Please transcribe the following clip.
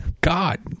God